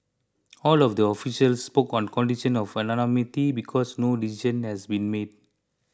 all of the officials spoke on condition of anonymity because no decision has been made